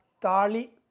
Tali